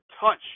touch